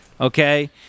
okay